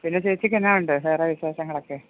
പിന്നെ ചേച്ചിക്ക് എന്നാ ഉണ്ട് വേറെ വിശേഷങ്ങളൊക്കെ